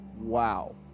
Wow